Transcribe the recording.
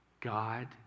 God